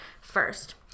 first